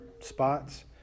spots